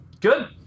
Good